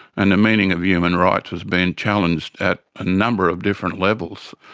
and the meaning of human rights was being challenged at a number of different levels.